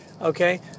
Okay